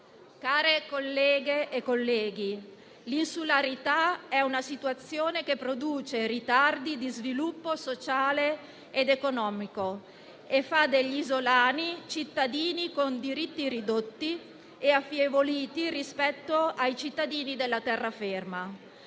Colleghe e colleghi, l'insularità è una situazione che produce ritardi di sviluppo sociale ed economico e fa degli isolani cittadini con diritti ridotti e affievoliti rispetto ai cittadini della terraferma.